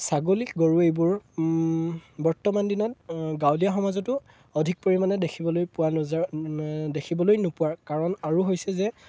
ছাগলী গৰু এইবোৰ বৰ্তমান দিনত গাঁৱলীয়া সমাজতো অধিক পৰিমাণে দেখিবলৈ পোৱা নোযোৱাৰ দেখিবলৈ নোপোৱা কাৰণ আৰু হৈছে যে